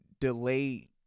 delay